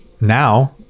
now